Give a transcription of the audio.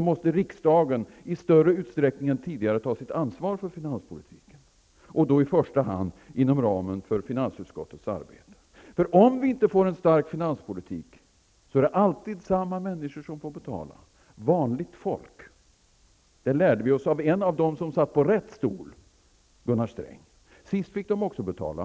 måste riksdagen i större utsträckning än tidigare ta sitt ansvar för finanspolitiken, och då i första hand inom ramen för finansutskottets arbete. Om vi inte får en stark finanspolitik är det nämligen alltid samma människor som får betala, vanligt folk. Det lärde vi oss av en av dem som satt på rätt stol, Gunnar Sträng. Sist fick de också betala.